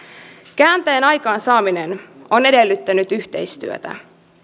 käänteen aikaansaaminen on edellyttänyt yhteistyötä